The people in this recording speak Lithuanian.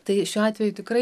tai šiuo atveju tikrai